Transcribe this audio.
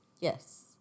Yes